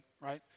right